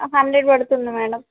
hundred పడుతుంది madam